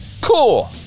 cool